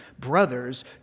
Brothers